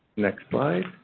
next slide.